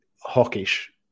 hawkish